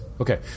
Okay